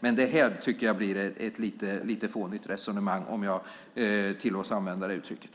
Men det här blir ett lite fånigt resonemang, om jag tillåts använda det uttrycket.